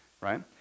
Right